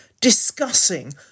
discussing